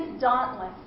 dauntless